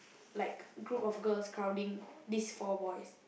like group of girls crowding these four boys